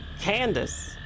Candace